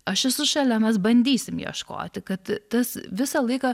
aš esu šalia mes bandysim ieškoti kad tas visą laiką